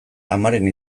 amaren